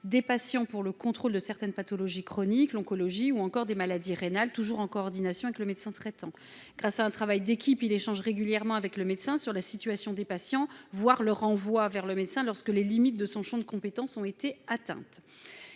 oncologique ou du contrôle de certaines pathologies chroniques ou maladies rénales, et ce toujours en coordination avec le médecin traitant. Grâce à un travail d'équipe, l'IPA échange régulièrement avec le médecin sur la situation des patients et renvoie ces derniers vers le médecin lorsque les limites de son champ de compétences ont été atteintes.